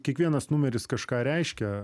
kiekvienas numeris kažką reiškia